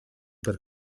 per